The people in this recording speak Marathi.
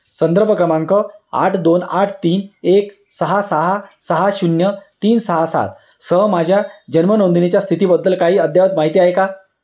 संदर्भ क्रमांक आठ दोन आठ तीन एक सहा सहा सहा शून्य तीन सहा सात सह माझ्या जन्म नोंदणीच्या स्थितीबद्दल काही अद्ययावत माहिती आहे का